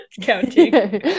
counting